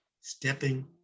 stepping